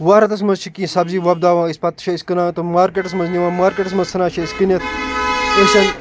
وَہراتَس منٛز چھِ کیٚنٛہہ سبزی وۄپداوان أسۍ پَتہٕ چھِ أسۍ کٕنان تِم مارکیٹَس منٛز نِوان مارکیٹَس منٛز ژھٕنان چھِ أسۍ کٕنِتھ أسۍ یَنہٕ